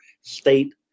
state